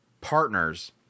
partners